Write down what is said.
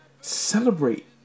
Celebrate